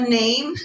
name